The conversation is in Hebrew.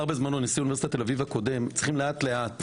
בזמנו נשיא אוניברסיטת תל אביב הקודם זה שצריכים לאט לאט,